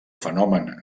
fenomen